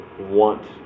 want